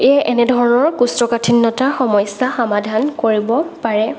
এই এনে ধৰণৰ কৌষ্ঠকাঠিন্যতাৰ সমস্যা সমাধান কৰিব পাৰে